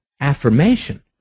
affirmation